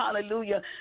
hallelujah